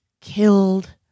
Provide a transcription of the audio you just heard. killed